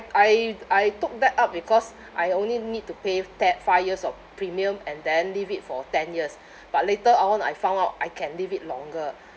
I I took that up because I only need to pay te~ five years of premium and then leave it for ten years but later on I found out I can leave it longer